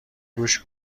گوش